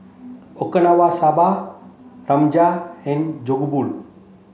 Okinawa Soba Rajma and Jokbal